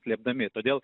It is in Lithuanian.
slėpdami todėl